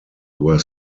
were